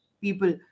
people